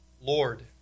Lord